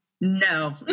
No